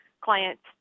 clients